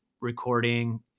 recording